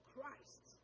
Christ